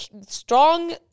strong